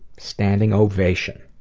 standing ovation.